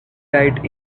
diet